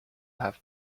have